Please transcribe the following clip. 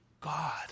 God